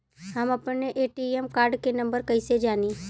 हम अपने ATM card के नंबर कइसे जानी?